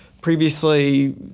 previously